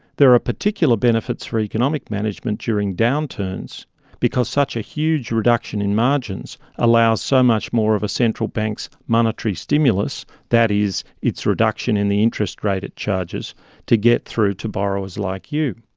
there are particular benefits for economic management during downturns because such a huge reduction in margins allows so much more of a central bank's monetary stimulus that is, its reduction in the interest rate it charges to get through to borrowers like you.